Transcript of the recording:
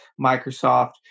Microsoft